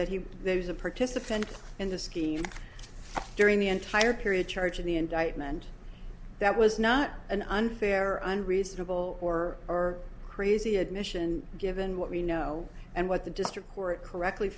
he was a participant in the scheme during the entire period charging the indictment that was not an unfair or unreasonable or or crazy admission given what we know and what the district court correctly